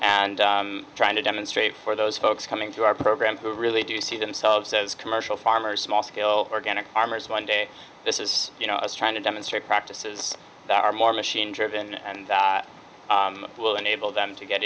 and trying to demonstrate for those folks coming to our program who really do see themselves as commercial farmers small scale organic farmers one day this is you know us trying to demonstrate practices that are more machine driven and that will enable them to get